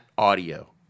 audio